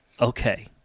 Okay